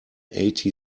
eighty